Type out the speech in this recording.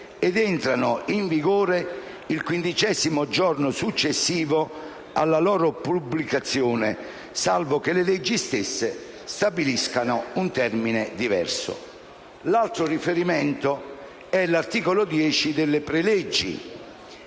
ed entrano in vigore il quindicesimo giorno successivo alla loro pubblicazione, salvo che le leggi stesse stabiliscano un termine diverso». L'altro riferimento è l'articolo 10 delle preleggi,